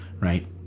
right